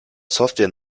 software